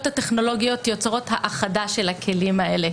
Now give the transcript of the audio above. הטכנולוגיות יוצרות האחדה של הכלים האלה.